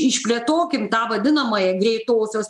išplėtokim tą vadinamąją greitosios